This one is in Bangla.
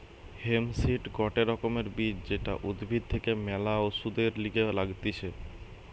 হেম্প সিড গটে রকমের বীজ যেটা উদ্ভিদ থেকে ম্যালা ওষুধের লিগে লাগতিছে